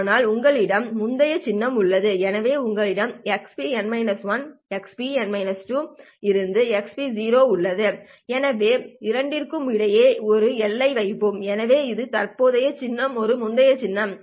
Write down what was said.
ஆனால் உங்களிடம் முந்தைய சின்னம் உள்ளது எனவே உங்களிடம் xp xp xp உள்ளது எனவே இரண்டிற்கும் இடையே ஒரு எல்லையை வைப்போம் எனவே இது தற்போதையது சின்னம் இது முந்தைய சின்னம்